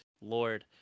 Lord